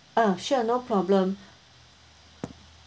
ah sure no problem